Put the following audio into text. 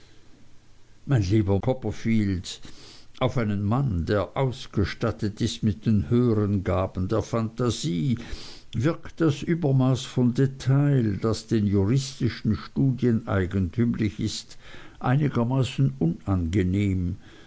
mein lieber copperfield auf einen mann der ausgestattet ist mit den höhern gaben der phantasie wirkt das übermaß von detail das den juristischen studien eigentümlich ist einigermaßen unangenehm